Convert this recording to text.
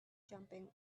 jumping